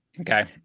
Okay